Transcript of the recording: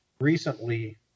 recently